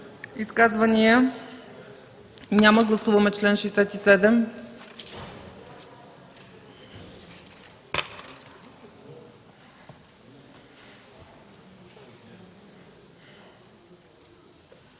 Изказвания? Няма. Гласуваме чл. 66.